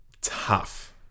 tough